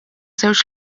żewġ